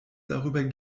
darüber